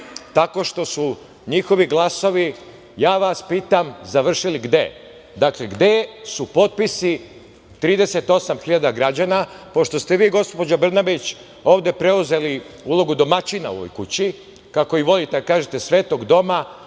tako što su njihovi glasovi, ja vas pitam, završili gde? Dakle, gde su potpisi 38.000 građana? Pošto ste vi, gospođo Brnabić, ovde preuzeli ulogu domaćina u ovoj kući, kako vi volite da kažete svetog doma